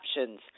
options